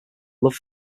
love